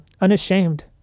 unashamed